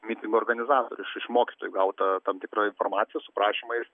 mitingo organizatorių iš mokytojų gauta tam tikra informacija su prašymais